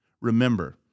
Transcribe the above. Remember